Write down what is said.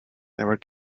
never